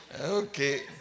Okay